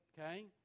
okay